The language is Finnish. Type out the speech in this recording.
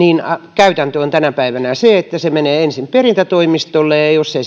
käytäntö on tänä päivänä se että se menee ensin perintätoimistolle ja ja jos ei